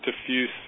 diffuse